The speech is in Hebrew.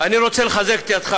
אני רוצה לחזק את ידיך